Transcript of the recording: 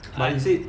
like